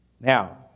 Now